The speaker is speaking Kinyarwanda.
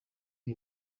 iri